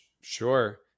sure